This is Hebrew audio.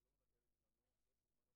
כ"ו בכסלו תשע"ט והשעה 11 וארבע דקות.